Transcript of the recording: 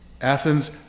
Athens